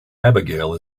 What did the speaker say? abigail